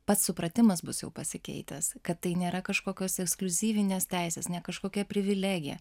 pats supratimas bus jau pasikeitęs kad tai nėra kažkokios ekskliuzyvinės teisės ne kažkokia privilegija